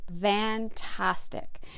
Fantastic